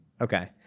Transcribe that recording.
Okay